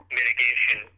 mitigation